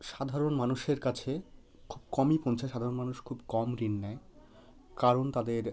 সাধারণ মানুষের কাছে খুব কমই পৌঁছায় সাধারণ মানুষ খুব কম ঋণ নেয় কারণ তাদের